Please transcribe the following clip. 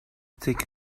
take